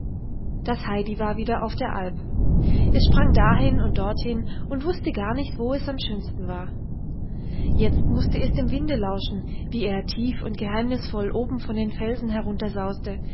das heidi war wieder auf der alp es sprang dahin und dorthin und wußte gar nicht wo es am schönsten war jetzt mußte es dem winde lauschen wie er tief und geheimnisvoll oben von den felsen